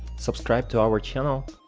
subscribe to our channel,